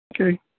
Okay